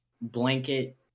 blanket